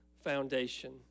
foundation